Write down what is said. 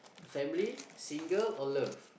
family single or love